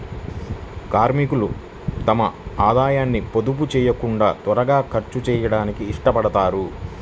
కార్మికులు తమ ఆదాయాన్ని పొదుపు చేయకుండా త్వరగా ఖర్చు చేయడానికి ఇష్టపడతారు